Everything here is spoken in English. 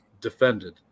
defended